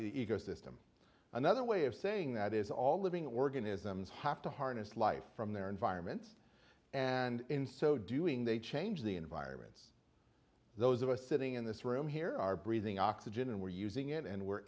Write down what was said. ecosystem another way of saying that is all living organisms have to harness life from their environment and in so doing they change the environments those of us sitting in this room here are breathing oxygen and we're using it and we're